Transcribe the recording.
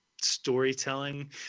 storytelling